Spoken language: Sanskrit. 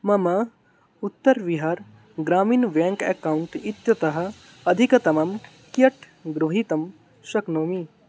मम उत्तर्विहार् ग्रामिन् वेङ्क् अकौण्ट् इत्यतः अधिकतमं कियत् गृहीतुं शक्नोमि